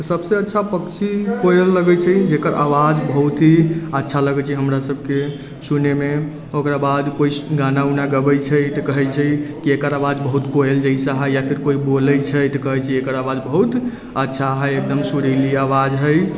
तऽ सबसँ अच्छा पक्षी कोयल लगै छै जकर आवाज बहुत ही अच्छा लगै छै हमरा सबके सुनैमे ओकरा बाद कोइ गाना उना गबै छै तऽ कहै छै कि एकर आवाज बहुत कोयल जैसा हइ या फेर कोइ बोलै छै तऽ कहै छै एकर आवाज बहुत अच्छा हइ एकदम सुरीली आवाज हइ